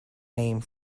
name